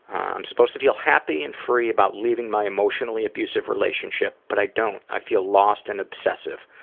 i'm supposed to feel happy and free about leaving my emotionally abusive relationship but i don't. i feel lost and obsessive.